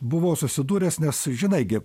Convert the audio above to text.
buvau susidūręs nes žinai gi